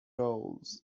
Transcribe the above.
roles